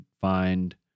find